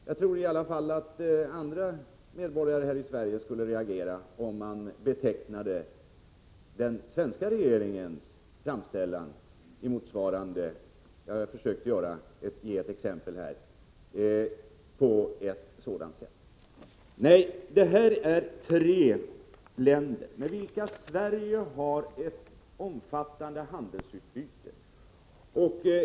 Jag tror att åtminstone andra medborgare här i Sverige kritiskt skulle reagera om man i England eller annorstädes på ett sådant sätt betecknade den svenska regeringen i ett motsvarande fall. Här gäller det tre länder med vilka Sverige har ett omfattande handelsutbyte.